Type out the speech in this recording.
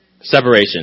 Separation